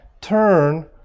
turn